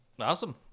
Awesome